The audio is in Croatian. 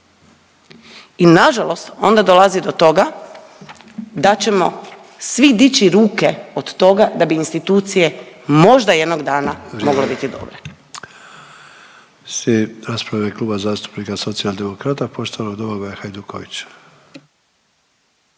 i nažalost onda dolazi do toga da ćemo svi dići ruke od toga da bi institucije možda jednog dana mogle biti